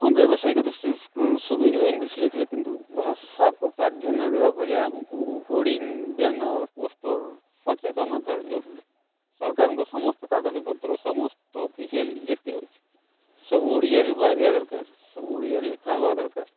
ହଁ ବ୍ୟବସାୟିକ ଦୃଷ୍ଟିରୁ ସୁବିଧା ଇଂଲିଶ ଲେଖିଲେ କିନ୍ତୁ ଭାଷାକୁ ପ୍ରାଧାନ୍ୟ ଦେବାକୁ ହେଲେ ଆମକୁ ହୋଡ଼ିଙ୍ଗ ବ୍ୟାନର୍ ପୋଷ୍ଟର ସଚେତନତା ଜରୁରୀ ସରକାରଙ୍କ ସମସ୍ତ କାଗଜପତ୍ର ସମସ୍ତ ଅଫିସିଆଲି ଯେତେ ଅଛି ସବୁ ଓଡ଼ିଆରେ ବାହାରିବା ଦରକାର ସବୁ ଓଡ଼ିଆରେ ଲେଖା ହବା ଦରକାର